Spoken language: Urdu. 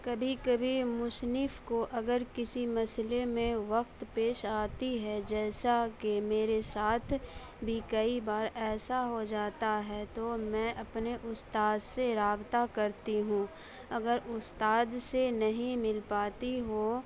کبھی کبھی مصنف کو اگر کسی مسئلے میں وقت پیش آتی ہے جیسا کہ میرے ساتھ بھی کئی بار ایسا ایسا ہو جاتا ہے تو میں اپنے استاذ سے رابطہ کرتی ہوں اگر استاد سے نہیں مل پاتی ہو